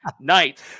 night